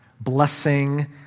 blessing